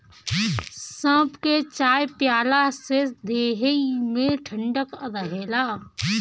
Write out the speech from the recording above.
सौंफ के चाय पियला से देहि में ठंडक रहेला